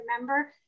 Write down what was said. remember